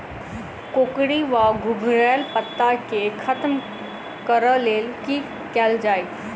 कोकरी वा घुंघरैल पत्ता केँ खत्म कऽर लेल की कैल जाय?